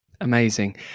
amazing